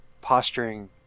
posturing